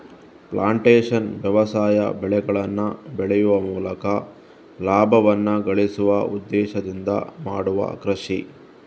plantation ವ್ಯವಸಾಯ ಬೆಳೆಗಳನ್ನ ಬೆಳೆಯುವ ಮೂಲಕ ಲಾಭವನ್ನ ಗಳಿಸುವ ಉದ್ದೇಶದಿಂದ ಮಾಡುವ ಕೃಷಿ